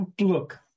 look